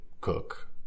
cook